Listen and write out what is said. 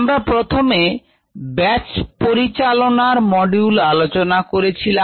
আমরা প্রথমে ব্যাচ পরিচালনার মডিউল আলোচনা করেছিলাম